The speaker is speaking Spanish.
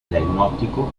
diagnóstico